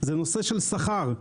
בגלל השכר.